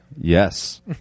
Yes